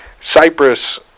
Cyprus